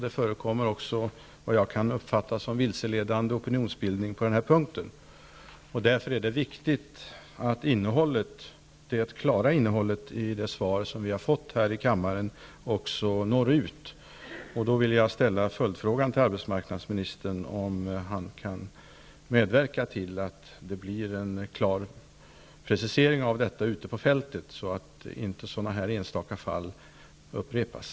Det förekommer också vad jag kan uppfatta som vilseledande opinionsbildning på den här punkten. Därför är det viktigt att det klara innehållet i det svar vi har fått här i kammaren också når ut. Jag vill av den anledningen ställa en följdfråga till arbetsmarknadsministern: Kan arbetsmarknadsministern medverka till att det blir en klar precisering av detta ute på fältet, så att sådana här enstaka fall inte upprepas?